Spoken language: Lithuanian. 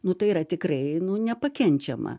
nu tai yra tikrai nu nepakenčiama